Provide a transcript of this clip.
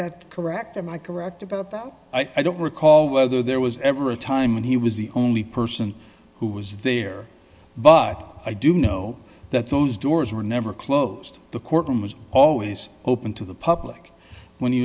that correct am i correct about that i don't recall whether there was ever a time when he was the only person who was there but i do know that those doors were never closed the courtroom was always open to the public when he